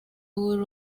uri